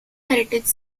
heritage